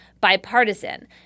bipartisan